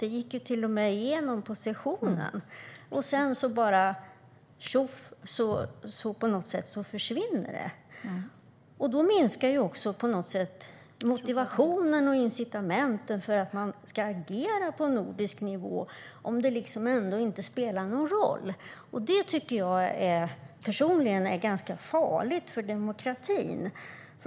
Det gick till och med igenom på sessionen, men sedan försvann det bara på något sätt. Då minskar också motivationen och incitamenten för att man ska agera på nordisk nivå om det ändå inte spelar någon roll. Det tycker jag personligen är ganska farligt för demokratin.